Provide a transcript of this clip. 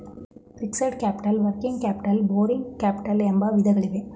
fixed capital working capital borrowing capital ಎಂಬ ವಿಧಗಳಿವೆ